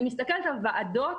אני מסתכלת על ועדות,